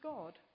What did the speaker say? God